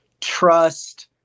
trust